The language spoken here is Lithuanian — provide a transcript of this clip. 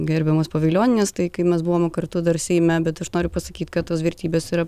gerbiamos povilionienės tai kai mes buvome kartu dar seime bet aš noriu pasakyt kad tos vertybės yra